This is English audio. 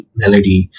melody